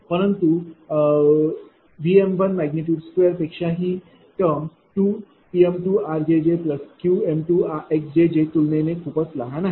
परंतु V2पेक्षा ही टर्म 2Pm2rjjQm2xjj तुलनेत खूपच लहान आहे